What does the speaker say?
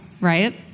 right